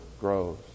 grows